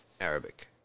Arabic